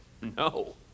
no